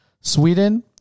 Sweden